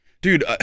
Dude